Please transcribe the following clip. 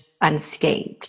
unscathed